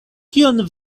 kion